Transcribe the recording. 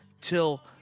till